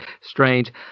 strange